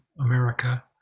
America